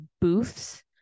booths